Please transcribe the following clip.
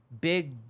big